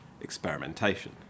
experimentation